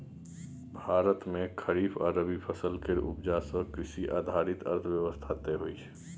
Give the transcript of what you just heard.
भारत मे खरीफ आ रबी फसल केर उपजा सँ कृषि आधारित अर्थव्यवस्था तय होइ छै